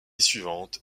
suivante